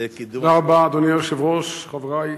זה קידום, תודה רבה, אדוני היושב-ראש, חברי,